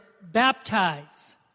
baptize